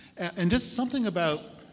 and just something about